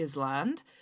island